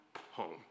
home